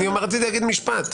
רציתי להגיד משפט.